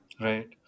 right